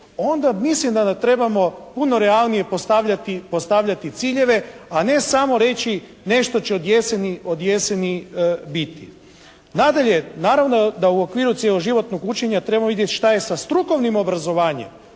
Onda mislim da trebamo puno realnije postavljati ciljeve a ne samo reći nešto će od jeseni biti. Nadalje, naravno da u okviru cjeloživotnog učenja trebamo vidjet šta je sa strukovnim obrazovanjem